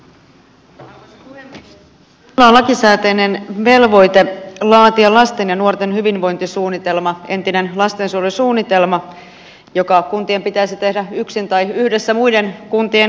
kunnalla on lakisääteinen velvoite laatia lasten ja nuorten hyvinvointisuunnitelma entinen lastensuojelusuunnitelma joka kuntien pitäisi tehdä yksin tai yhdessä muiden kuntien kanssa